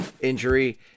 injury